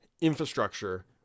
infrastructure